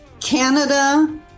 Canada